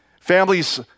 Families